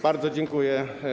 Bardzo dziękuję.